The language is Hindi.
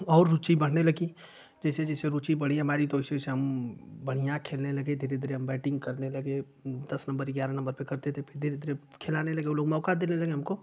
और रूचि बढने लगी जैसे जैसे रुचि बढ़ी हमारी तो वैसे वैसे हम बढ़ियाँ खेलने लगे धीरे धीरे हम बैटिंग करने लगे दस नम्बर ग्यारह नम्बर पर करते थे फिर धीरे धीरे खेलाने लगे ओ लोग मौका देने लगे हमको